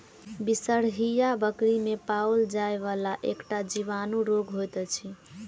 बिसरहिया बकरी मे पाओल जाइ वला एकटा जीवाणु रोग होइत अछि